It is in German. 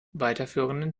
weiterführenden